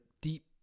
deep